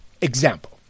example